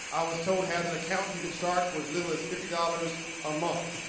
i was told has an account you can start for as little as fifty dollars a month.